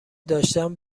داشتم